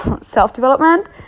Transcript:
self-development